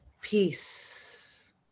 peace